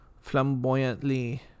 flamboyantly